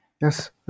Yes